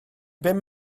bum